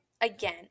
again